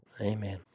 Amen